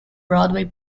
broadway